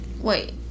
wait